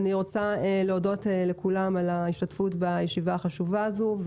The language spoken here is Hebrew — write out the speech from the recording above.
אני רוצה להודות לכולם על ההשתתפות בישיבה החשובה הזו.